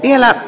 elää